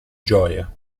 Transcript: gioia